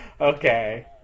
Okay